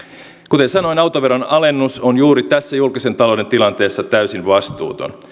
kuten sanoin autoveron alennus on juuri tässä julkisen talouden tilanteessa täysin vastuuton